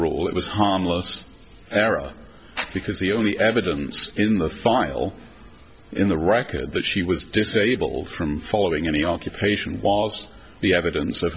rule it was harmless error because the only evidence in the final in the rocket that she was disabled from following any occupation was the evidence of